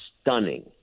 stunning